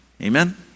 Amen